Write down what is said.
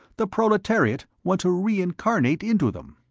the proletariat want to reincarnate into them.